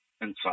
inside